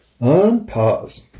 unpause